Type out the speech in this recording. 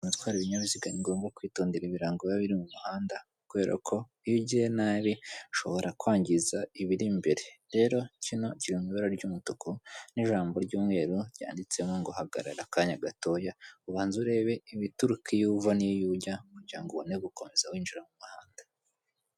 Mu gutwara ibinyabiziga ni ngombwa kwitondera ibirango biba biri mu muhanda kubera ko iyo ugiye nabi, ushobora kwangiza ibiri imbere. Rero kino kiri mu ibara ry'umutuku n'ijambo ry'umweru ryanditsemo ngo:" Hagara akanya gatoya, ubanza urebe ibituruka iyo uva n'iyo ujya kugirango ngo ubone gukomeza winjira mu muhanda."